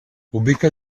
ubica